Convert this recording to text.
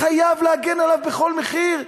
חייב להגן עליו בכל מחיר?